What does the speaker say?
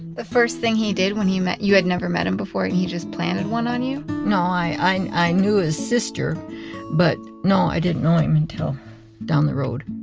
the first thing he did when he met, you had never met him before and he just planted one on you? no, i i knew his sister but no, i didn't know him until down the road.